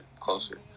closer